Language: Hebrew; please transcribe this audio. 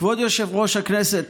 כבוד יושב-ראש הכנסת,